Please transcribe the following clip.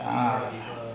ah